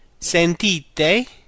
sentite